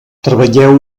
treballeu